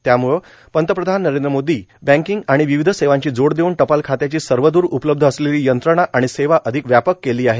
त्यामुळे पंतप्रधान नरेंद्र मोदी बँकिंग आणि विविध सेवांची जोड देऊन टपाल खात्याची सर्वदर उपलब्ध असलेली यंत्रणा आणि सेवा अधिक व्यापक केली आहे